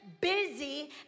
busy